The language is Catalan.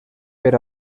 per